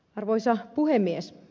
arvoisa puhemies